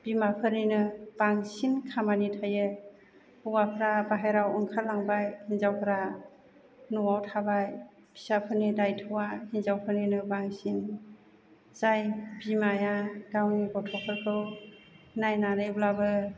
बिमाफोरनिनो बांसिन खामानि थायो हौवाफ्रा बाहेरायाव ओंखारलांबाय हिन्जावफ्रा न'आव थाबाय फिसाफोरनि दायथ'आ हिन्जावफोरनिनो बांसिन जाय बिमाया गावनि गथ'फोरखौ नायनानैब्लाबो